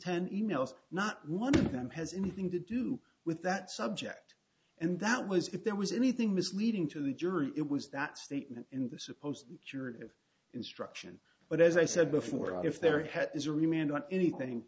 ten e mails not one of them has anything to do with that subject and that was if there was anything misleading to the jury it was that statement in the supposed curative instruction but as i said before if there had is a remained on anything